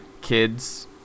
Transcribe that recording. kids